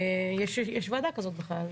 ועדה כזאת בכלל,